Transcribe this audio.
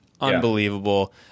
unbelievable